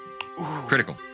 Critical